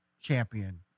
champion